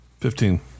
fifteen